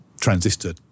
transistor